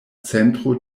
centro